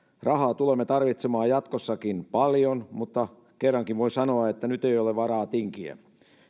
rahaa tulemme tarvitsemaan jatkossakin paljon mutta kerrankin voin sanoa että nyt ei ole varaa tinkiä